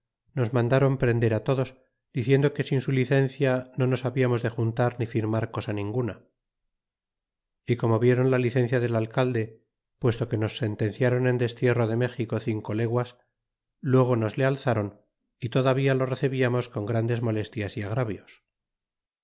nos mandron prender á todos diciendo que sin su licencia no nos babiamos de juntar ni firmar cosa ninguna y como viéron la licencia del alcalde puesto que nos sentenciárou en destierro de méxico cinco leguas luego nos le alzron y todavía lo recebiarnos por grandes molestias y agravios